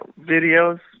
videos